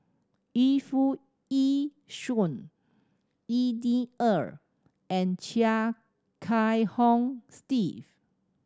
Yu Foo Yee Shoon Xi Ni Er and Chia Kiah Hong Steve